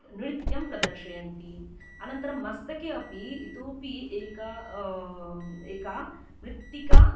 नृत्यं प्रदर्शयन्ति अनन्तरं मस्तके अपि इतोऽपि एक एका मृत्तिका